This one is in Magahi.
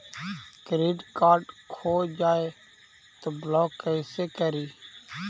क्रेडिट कार्ड खो जाए तो ब्लॉक कैसे करी?